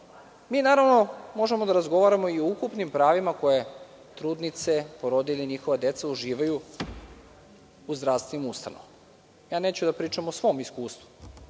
sprovode. Naravno možemo da razgovaramo i o ukupnim pravima koja trudnice, porodilje i njihova deca uživaju u zdravstvenim ustanovama. Neću da pričam o svom iskustvu,